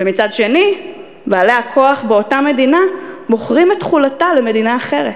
ומצד שני בעלי הכוח באותה מדינה מוכרים את תכולתה למדינה אחרת.